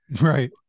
Right